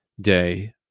day